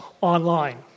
online